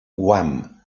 guam